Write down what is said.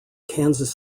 kansas